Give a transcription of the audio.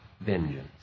vengeance